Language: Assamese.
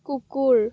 কুকুৰ